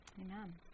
Amen